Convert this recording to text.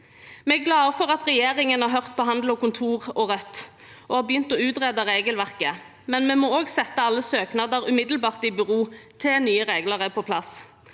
Vi er glad for at regjeringen har hørt på Handel og Kontor og Rødt og begynt å utrede regelverket, men vi må også umiddelbart sette alle søknader i bero til nye regler er på plass,